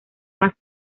más